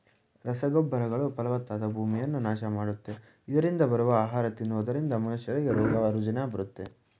ರಸಗೊಬ್ಬರಗಳು ಫಲವತ್ತಾದ ಭೂಮಿಯನ್ನ ನಾಶ ಮಾಡುತ್ತೆ, ಇದರರಿಂದ ಬರುವ ಆಹಾರ ತಿನ್ನುವುದರಿಂದ ಮನುಷ್ಯರಿಗೆ ರೋಗ ರುಜಿನ ಬರುತ್ತೆ